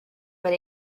but